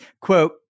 Quote